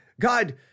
God